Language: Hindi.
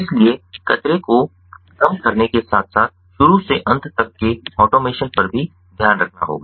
इसलिए कचरे को कम करने के साथ साथ शुरू से अंत तक के ऑटोमेशन पर भी ध्यान रखना होगा